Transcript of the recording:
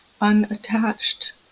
unattached